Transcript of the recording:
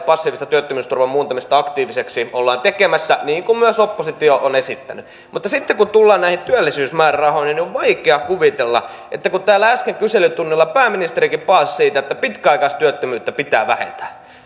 passiivista työttömyysturvan muuntamista aktiiviseksi ollaan tekemässä niin kun myös oppositio on esittänyt mutta sitten kun tullaan näihin työllisyysmäärärahoihin niin on vaikea kuvitella täällä äsken kyselytunnilla pääministerikin paasasi siitä että pitkäaikaistyöttömyyttä pitää vähentää